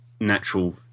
natural